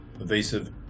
evasive